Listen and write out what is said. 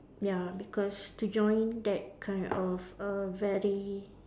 ya because to join that kind of a very